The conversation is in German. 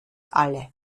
alle